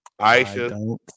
Aisha